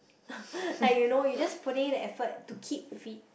like you know you just putting in the effort to keep fit